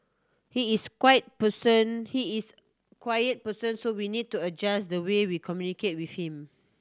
he is quiet person he is quiet person so we need to adjust the way we communicate with him